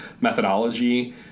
methodology